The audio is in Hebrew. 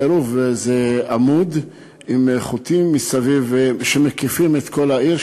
העירוב הוא עמודים עם חוטים מסביב שמקיפים את כל העיר,